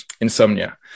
insomnia